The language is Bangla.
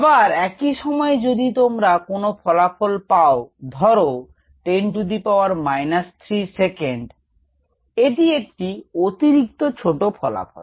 আবার একই সময়ে যদি তোমরা কোন ফলাফল পাও ধরো 10 3 সেকেন্ড এটি একটি অতিরিক্ত ছোট ফলাফল